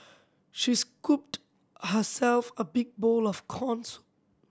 she scooped herself a big bowl of corn soup